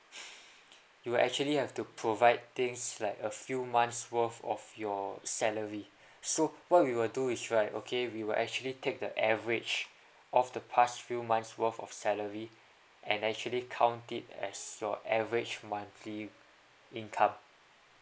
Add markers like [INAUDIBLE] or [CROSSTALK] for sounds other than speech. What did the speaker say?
[BREATH] you will actually have to provide things like a few months worth of your salary so what we will do is right okay we will actually take the average of the past few months worth of salary and actually count it as your average monthly income